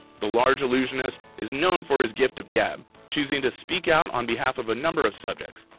the large illusionist is known for his gift of gab, choosing to speak out on behalf of a number of subjects,